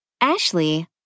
Ashley